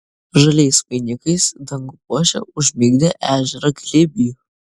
žaliais vainikais dangų puošia užmigdę ežerą glėby